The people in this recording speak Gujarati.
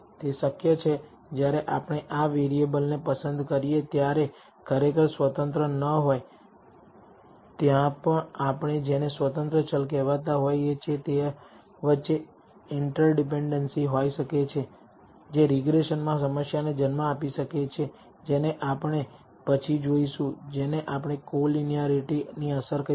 તે શક્ય છે જ્યારે આપણે આ વેરીયેબલને પસંદ કરીએ ત્યારે તેઓ ખરેખર સ્વતંત્ર ન હોય ત્યાં આપણે જેને સ્વતંત્ર ચલ કહેવાતા હોઈએ છીએ તે વચ્ચે ઈન્ટરડીપેનડેંસી હોઈ શકે છે જે રીગ્રેસનમાં સમસ્યાને જન્મ આપી શકે છે જેને આપણે પછી જોશું જેને આપણે કોલીનીયારિટીની અસર કહીશું